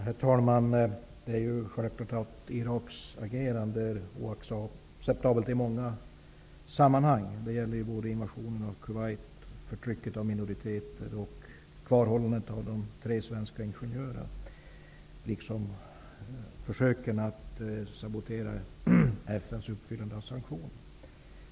Herr talman! Iraks agerande är självfallet i många sammanhang oacceptabelt. Det gäller både invasionen av Kuwait, förtrycket av minoriteter, kvarhållandet av de tre svenska ingenjörerna liksom försöken att sabotera FN:s uppfyllande av sanktionerna.